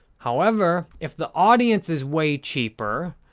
however, if the audience is way cheaper,